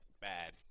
bad